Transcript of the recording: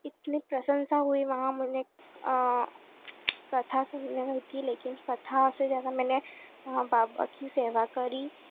इतनी प्रशंसा हुई वहाँ मैंने कथा सुनने की लेकिन कथा से ज़्यादा मैंने वहाँ बाबा की सेवा करी